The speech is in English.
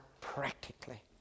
practically